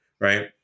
right